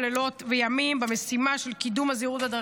שנמצא איתנו?